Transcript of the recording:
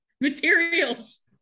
materials